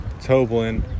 Toblin